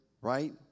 right